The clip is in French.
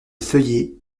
feuillée